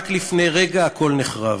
רק לפני רגע הכול נחרב,